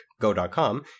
go.com